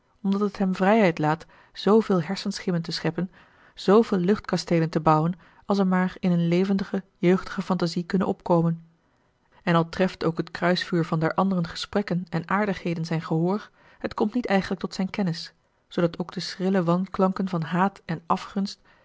omdat het hem vrijheid laat zooveel hersenschimmen te scheppen zooveel luchtkasteelen te bouwen als er maar in eene levendige jeugdige phantasie kunnen opkomen en al treft ook het kruisvuur van der anderen gesprekken en aardigheden zijn gehoor het komt niet eigenlijk tot zijne kennis zoodat ook de schrille wanklanken van haat en afgunst